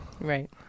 Right